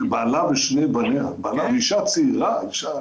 אישה צעירה.